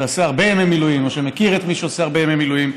שעשה הרבה ימי מילואים או שמכיר את מי שעושה הרבה ימי מילואים,